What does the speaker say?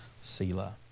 Selah